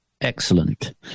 Excellent